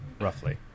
Roughly